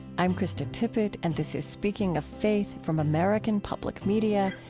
i'm krista tippett, and this is speaking of faith from american public media.